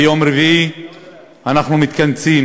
ביום רביעי אנחנו מתכנסים,